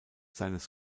seines